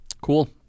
cool